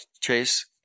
Chase